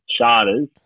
Charters